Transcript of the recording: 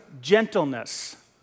gentleness